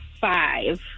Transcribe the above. five